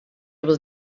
able